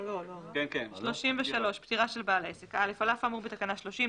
על אף האמור בתקנה 30,